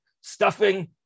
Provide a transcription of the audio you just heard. stuffing